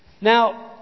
Now